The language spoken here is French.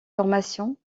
formation